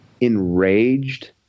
enraged